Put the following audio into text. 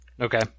Okay